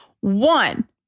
One